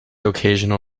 occasional